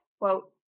quote